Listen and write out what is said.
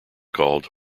called